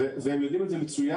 והם הבינו את זה מצוין,